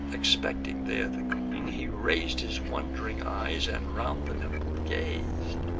expecting there the queen, he rais'd his wond'ring eyes, and round the temple gaz'd,